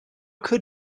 could